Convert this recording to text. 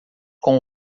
com